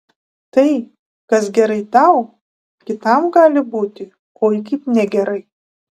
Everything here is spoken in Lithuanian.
tai kas gerai tau kitam gali būti oi kaip negerai